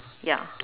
ya